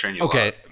Okay